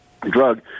drug